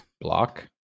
Block